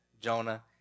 Jonah